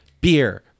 Beer